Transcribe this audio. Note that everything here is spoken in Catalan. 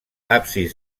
absis